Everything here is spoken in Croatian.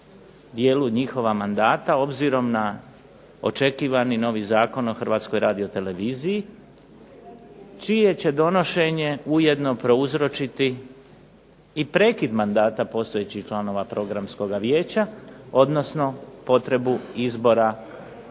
dijelu njihova mandata obzirom na očekivani novi Zakon o Hrvatskoj radioteleviziji, čije će donošenje ujedno prouzročiti i prekid mandata postojećih članova Programskog vijeća, odnosno potrebu izbora novih